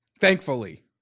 thankfully